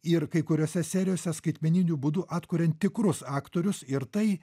ir kai kuriose serijose skaitmeniniu būdu atkuriant tikrus aktorius ir tai